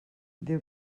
déu